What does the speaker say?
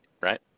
right